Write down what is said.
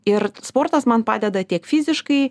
ir sportas man padeda tiek fiziškai